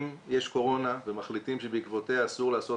אם יש קורונה ומחליטים שבעקבותיה אסור לעשות